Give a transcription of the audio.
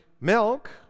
milk